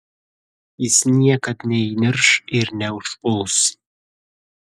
jis niekad neįnirš ir neužpuls